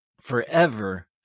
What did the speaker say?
forever